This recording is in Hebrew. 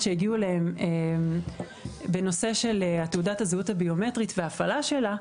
שהגיעו אליהם בנושא של תעודת הזהות הביומטרית וההפעלה שלה,